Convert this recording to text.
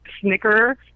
snicker